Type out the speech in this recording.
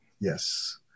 Yes